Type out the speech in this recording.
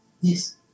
Yes